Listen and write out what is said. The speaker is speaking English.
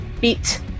beat